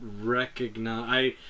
recognize